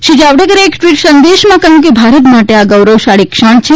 શ્રી જાવડેકરે એક ટવીટ સંદેશમાં કહ્યું કે ભારત માટે આ ગૌરવશાળી ક્ષણ છે